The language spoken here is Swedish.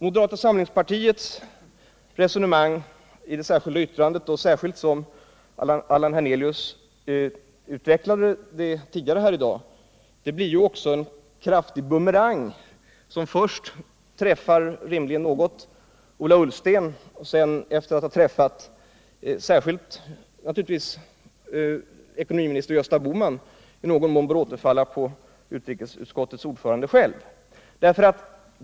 Moderata samlingspartiets resonemang i det särskilda yttrandet — särskilt som Allan Hernelius utvecklat det tidigare här i dag — blir också en kraftig bumerang, som först rimligen träffar Ola Ullsten något och sedan, efter att naturligtvis särskilt ha träffat Gösta Bohman, kommer tillbaka till utrikesutskottets ordförande själv.